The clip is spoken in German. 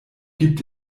gibt